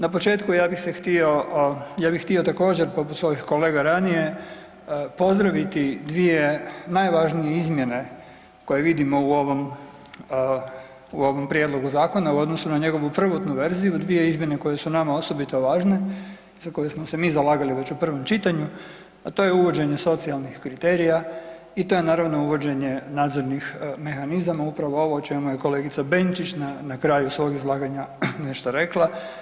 Na početku ja bih se htio, ja bi htio također poput svojih kolega ranije pozdraviti dvije najvažnije izmjene koje vidimo u ovom, u ovom prijedlogu zakona u odnosu na njegovu prvotnu verziju, dvije izmjene koje su nama osobito važne, za koje smo se mi zalagali već u prvom čitanju, a to je uvođenje socijalnih kriterija i to je naravno uvođenje nadzornih mehanizama, upravo ovo o čemu je kolegica Benčić na, na kraju svog izlaganja nešto rekla.